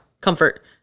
Comfort